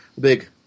big